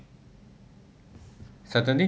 suddenly